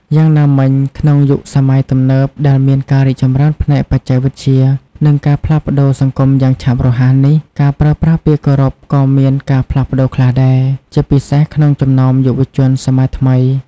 យ៉ាងណាមិញ ក្នុងយុគសម័យទំនើបដែលមានការរីកចម្រើនផ្នែកបច្ចេកវិទ្យា និងការផ្លាស់ប្ដូរសង្គមយ៉ាងឆាប់រហ័សនេះ ការប្រើប្រាស់ពាក្យគោរពក៏មានការផ្លាស់ប្ដូរខ្លះដែរ ជាពិសេសក្នុងចំណោមយុវជនសម័យថ្មី។